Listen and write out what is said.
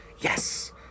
Yes